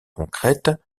concrètes